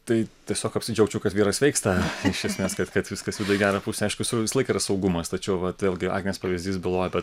tai tiesiog apsidžiaugčiau kad vyras sveiksta iš esmės kad kad viskas juda į gerą pusę aišku su visąlaik yra saugumas tačiau vat vėlgi agnės pavyzdys byloja apie